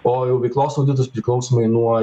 o jau veiklos auditus priklausomai nuo